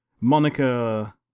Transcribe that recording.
Monica